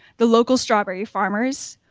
the local strawberry farmers,